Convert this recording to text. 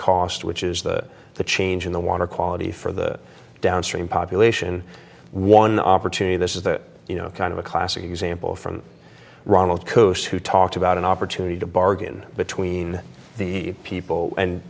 cost which is that the change in the water quality for the downstream population one opportunity this is that you know kind of a classic example from ronald coasts who talked about an opportunity to bargain between the people and